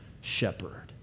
shepherd